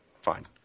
fine